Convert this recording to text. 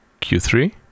Q3